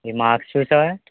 ఈ మార్క్స్ చూశావా